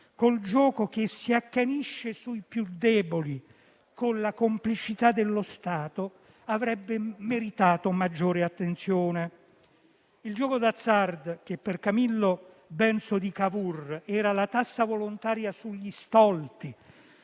il gioco che si accanisce sui più deboli con la complicità dello Stato avrebbe meritato maggiore attenzione. Il gioco d'azzardo, che per Camillo Benso di Cavour era la tassa volontaria sugli stolti,